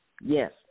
yes